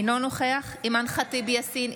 אינו נוכח אימאן ח'טיב יאסין,